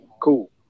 cool